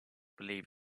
believe